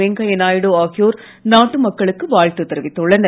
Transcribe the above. வெங்கையாநாயுடு ஆகியோர் நாட்டு மக்களுக்கு வாழ்த்து தெரிவித்துள்ளனர்